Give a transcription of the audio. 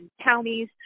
counties